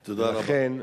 ולכן,